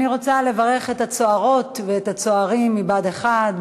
אני רוצה לברך את הצוערות ואת הצוערים מבה"ד 1,